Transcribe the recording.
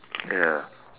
ya